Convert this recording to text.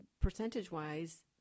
percentage-wise